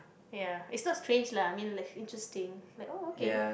ya it's not strange lah I mean interesting like oh okay